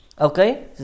Okay